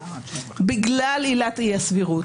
בגלל עילת אי הסבירות.